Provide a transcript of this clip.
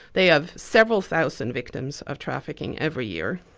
they have several thousand victims of trafficking every year,